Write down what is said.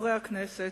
חברי הכנסת,